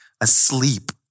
asleep